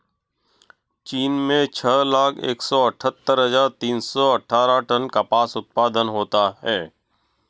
चीन में छह लाख एक सौ अठत्तर हजार तीन सौ अट्ठारह टन कपास उत्पादन होता है